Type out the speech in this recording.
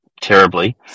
terribly